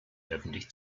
öffentlich